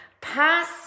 pass